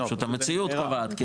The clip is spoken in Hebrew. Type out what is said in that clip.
זה פשוט המציאות קובעת,